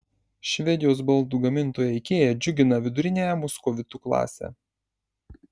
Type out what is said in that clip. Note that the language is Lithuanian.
švedijos baldų gamintoja ikea džiugina viduriniąją muskovitų klasę